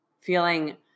feeling